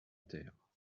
terre